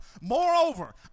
Moreover